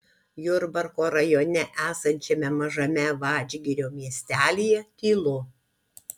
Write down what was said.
jurbarko rajone esančiame mažame vadžgirio miestelyje tylu